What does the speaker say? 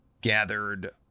gathered